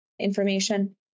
information